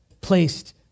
placed